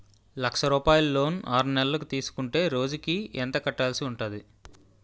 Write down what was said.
లక్ష రూపాయలు లోన్ ఆరునెలల కు తీసుకుంటే రోజుకి ఎంత కట్టాల్సి ఉంటాది?